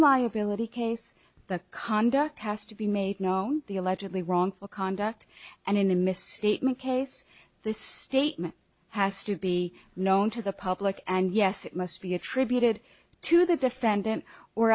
liability case the conduct has to be made known the allegedly wrongful conduct and in a misstatement case this statement has to be known to the public and yes it must be attributed to the defendant or